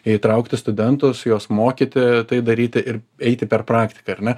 įtraukti studentus juos mokyti tai daryti ir eiti per praktiką ar ne